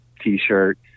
T-shirt